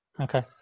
Okay